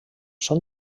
són